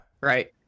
Right